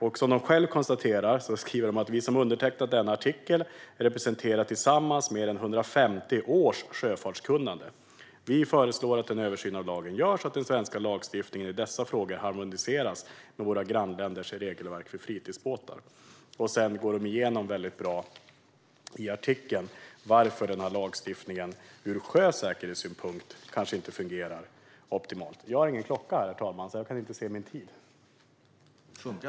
De skriver: "Vi som undertecknat denna artikel, representerar tillsammans mer än 150 års sjöfartskunnande. Vi föreslår att en översyn av lagen görs och att den svenska lagstiftningen i dessa frågor harmoniseras med våra grannländers regelverk för fritidsbåtar." Sedan går de igenom väldigt bra i artikeln varför den här lagstiftningen ur sjösäkerhetssynpunkt kanske inte fungerar optimalt.